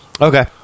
okay